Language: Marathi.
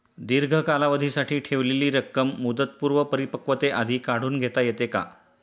दीर्घ कालावधीसाठी ठेवलेली रक्कम मुदतपूर्व परिपक्वतेआधी काढून घेता येते का?